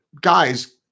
guys